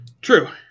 true